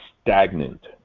stagnant